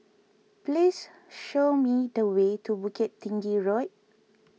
please show me the way to Bukit Tinggi Road